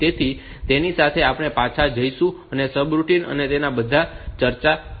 તેથી તેની સાથે આપણે પાછા જઈશું અને સબરૂટિન અને તેના બધા પર ચર્ચા કરીશું